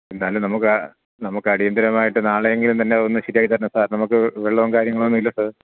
എന്തായാലും നമുക്ക് നമുക്ക് അടിയന്തരമായിട്ട് നാളെയെങ്കിലും തന്നെ ഒന്ന് ശരിയാക്കി തരണം സാർ നമുക്ക് വെള്ളവും കാര്യങ്ങളൊന്നും ഇല്ല സാർ